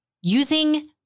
using